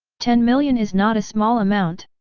ten million is not a small amount!